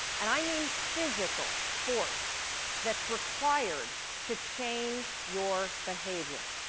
and i mean physical force that's required to change your behavior.